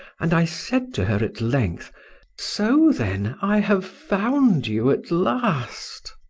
and i said to her at length so, then, i have found you at last.